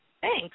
Thanks